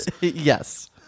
Yes